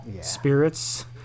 spirits